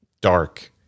Dark